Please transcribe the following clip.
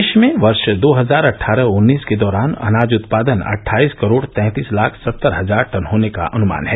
देश में वर्ष दो हजार अट्ठारह उन्नीस के दौरान अनाज उत्पादन अट्ठाईस करोड़ तैंतीस लाख सत्तर हजार टन होने का अनुमान है